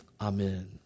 amen